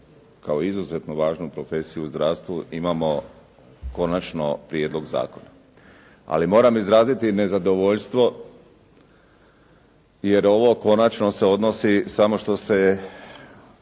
kao izuzetno važnu profesiju u zdravstvu imamo konačno prijedlog zakona. Ali moram izraziti i nezadovoljstvo, jer ovo konačno se odnosi samo što je